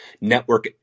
network